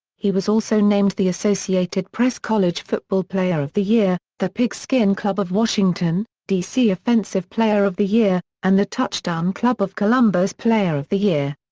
he was also named the associated press college football player of the year, the pigskin club of washington, d c. offensive player of the year, and the touchdown club of columbus player of the year.